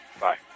Bye